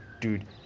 dude